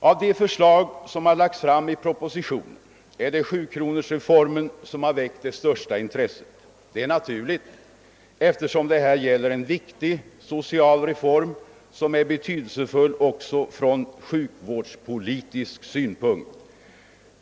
Av de förslag som har lagts fram i propositionen är det sjukronorsreformen som har väckt det största intresset. Det är naturligt, eftersom det här gäller en viktig social reform som är betydelsefull också från sjukvårdspolitisk synpunkt.